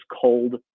cold